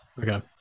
Okay